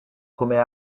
come